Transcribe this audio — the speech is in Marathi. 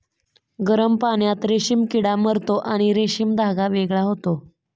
गरम पाण्यात रेशीम किडा मरतो आणि रेशीम धागा वेगळा होतो